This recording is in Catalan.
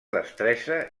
destresa